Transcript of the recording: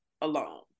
alone